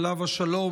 עליו השלום,